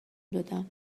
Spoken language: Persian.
دادم